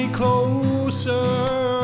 closer